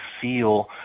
feel